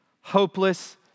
hopeless